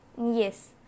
Yes